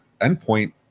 endpoint